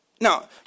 Now